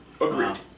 Agreed